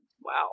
Wow